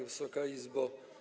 Wysoka Izbo!